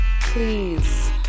please